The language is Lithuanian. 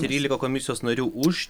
trylika komisijos narių už